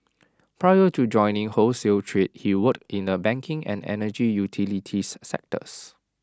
prior to joining wholesale trade he worked in the banking and energy utilities sectors